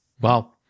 Wow